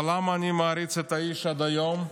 אבל למה אני מעריץ את האיש עד היום?